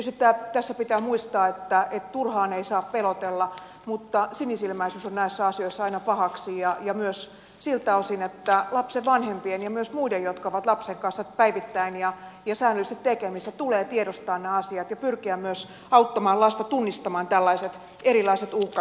tietysti tässä pitää muistaa että turhaan ei saa pelotella mutta sinisilmäisyys on näissä asioissa aina pahaksi ja myös siltä osin että lapsen vanhempien ja myös muiden jotka ovat lapsen kanssa päivittäin ja säännöllisesti tekemisissä tulee tiedostaa ne asiat ja pyrkiä myös auttamaan lasta tunnistamaan tällaiset erilaiset uhkatilanteet